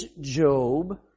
Job